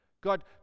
God